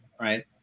right